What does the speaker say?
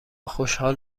خوشحال